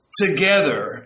together